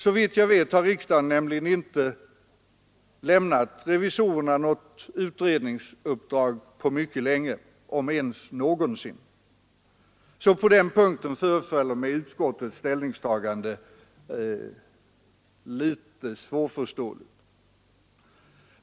Såvitt jag vet har riksdagen inte lämnat revisorerna något utredningsuppdrag på mycket länge, om ens någonsin. Så på den punkten förefaller mig utskottets ställningstagande litet svårförståeligt.